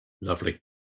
Lovely